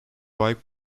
bike